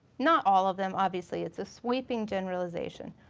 not all of them obviously, it's a sweeping generalization.